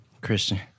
Christian